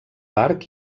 parc